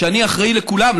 שאני אחראי לכולם,